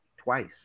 Twice